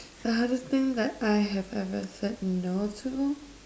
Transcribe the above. the hardest thing that I have ever said no to